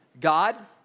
God